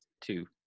Two